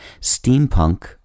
Steampunk